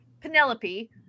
Penelope